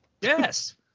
Yes